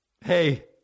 Hey